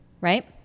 Right